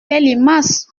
limace